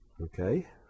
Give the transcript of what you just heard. Okay